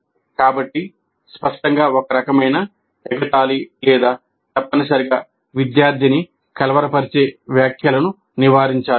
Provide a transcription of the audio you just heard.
కాబట్టి స్పష్టంగా ఒక రకమైన ఎగతాళి లేదా తప్పనిసరిగా విద్యార్థిని కలవరపరిచే వ్యాఖ్యలను నివారించాలి